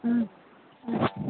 ꯎꯝ ꯎꯝ